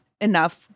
enough